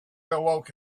awoke